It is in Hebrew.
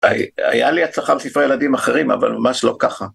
היה לי הצלחה בספר ילדים אחרים, אבל ממש לא ככה.